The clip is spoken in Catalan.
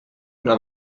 una